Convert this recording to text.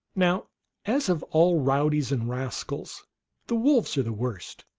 now as of all rowdies and rascals the wolves are the worst,